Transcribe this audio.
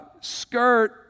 skirt